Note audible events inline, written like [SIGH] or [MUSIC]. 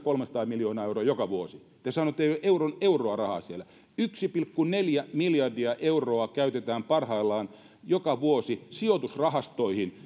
kolmesataa miljoonaa euroa joka vuosi te sanotte että ei ole euron euroa rahaa siellä yksi pilkku neljä miljardia euroa käytetään parhaillaan joka vuosi sijoitusrahastoihin [UNINTELLIGIBLE]